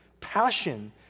Passion